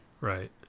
Right